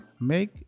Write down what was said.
make